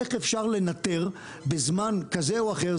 איך אפשר לנטר בזמן כזה או אחר?